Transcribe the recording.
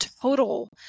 total